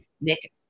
Nick